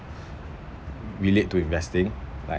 relate to investing like